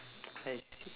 I see